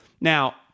Now